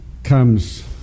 Comes